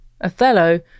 Othello